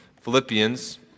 Philippians